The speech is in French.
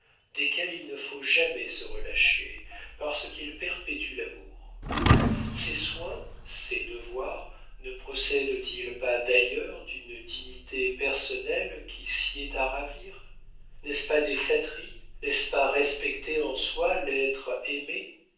desquels il ne faut jamais se relâcher parce qu'ils perpétuent l'amour ces soins ces devoirs ne procèdent ils pas d'ailleurs d'une dignité personnelle qui sied à ravir n'est-ce pas des flatteries n'est-ce pas respecter en soi l'être aimé